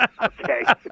Okay